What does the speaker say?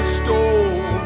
stole